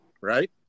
Right